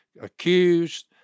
accused